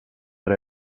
dret